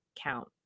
count